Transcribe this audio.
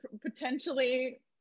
potentially